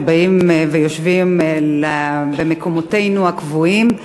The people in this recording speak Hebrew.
כשאנחנו באים ויושבים במקומותינו הקבועים,